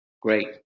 great